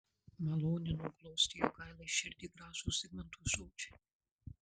malonino glostė jogailai širdį gražūs zigmanto žodžiai